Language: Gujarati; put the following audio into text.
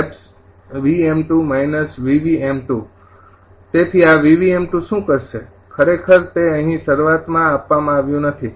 તેથી આ 𝑉𝑉𝑚૨ શું કરશે ખરેખર તે અહીં શરૂઆતમાં આપવામાં આવ્યું નથી